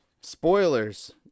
spoilers